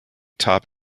top